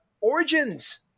Origins